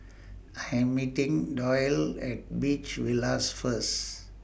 I Am meeting Doyle At Beach Villas First